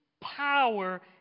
power